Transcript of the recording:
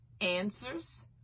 answers